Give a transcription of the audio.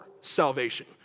salvation